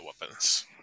weapons